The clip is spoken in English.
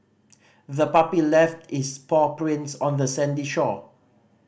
the puppy left its paw prints on the sandy shore